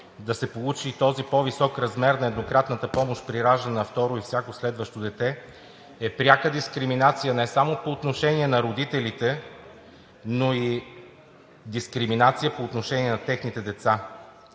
да се получи този по-висок размер на еднократната помощ при раждане на второ и всяко следващо дете е пряка дискриминация не само по отношение на родителите, но и дискриминация по отношение на техните деца.